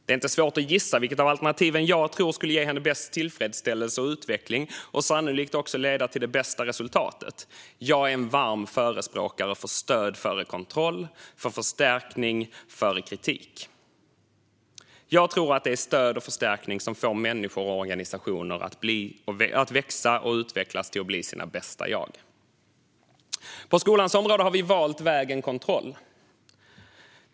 Det är inte svårt att gissa vilket av alternativen jag tror skulle ge henne bäst tillfredsställelse och utveckling och som sannolikt också skulle leda till det bästa resultatet. Jag är en varm förespråkare för stöd före kontroll och för förstärkning före kritik. Jag tror att det är stöd och förstärkning som får människor och organisationer att växa och utvecklas till att bli sina bästa jag. På skolans område har vi valt vägen kontroll.